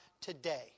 today